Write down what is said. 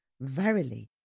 verily